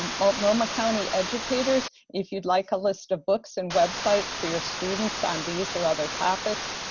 um multnomah county educators, if you'd like a list of books and websites for your students on these or other topics,